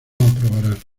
aprobarás